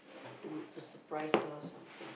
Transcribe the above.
to to surprise her something